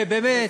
ובאמת,